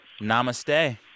Namaste